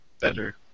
better